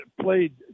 played